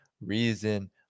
reason